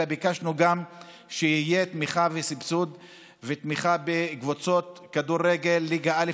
אלא ביקשנו שיהיו תמיכה וסבסוד בקבוצות כדורגל מליגה א',